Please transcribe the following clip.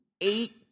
eight